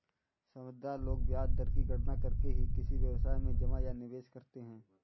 समझदार लोग ब्याज दर की गणना करके ही किसी व्यवसाय में जमा या निवेश करते हैं